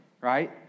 right